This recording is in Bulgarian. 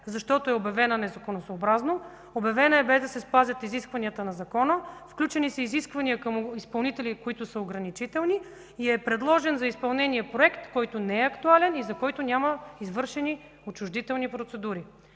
защото е обявена незаконосъобразно, без да се спазят изискванията на закона, включени са изисквания към изпълнителите, които са ограничителни, и е предложен за изпълнение проект, който не е актуален и за който няма извършени отчуждителни процедури.